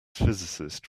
physicist